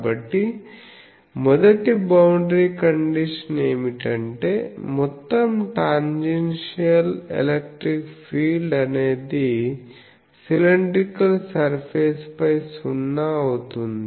కాబట్టి మొదటి boundary condition ఏమిటంటే మొత్తం టాంజెన్షియల్ ఎలక్ట్రిక్ ఫీల్డ్ అనేది సిలిండ్రికల్ సర్ఫేస్ పై సున్నా అవుతుంది